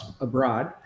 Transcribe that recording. abroad